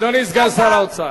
אדוני סגן שר האוצר.